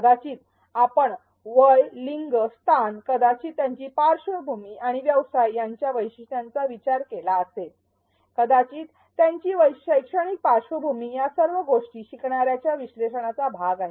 कदाचित आपण वय लिंग स्थान कदाचित त्यांची पार्श्वभूमी आणि व्यवसाय यासारख्या वैशिष्ट्यांचा विचार केला असेल कदाचित त्यांची शैक्षणिक पार्श्वभूमी या सर्व गोष्टी शिकणाऱ्याच्या विश्लेषणाचा भाग आहेत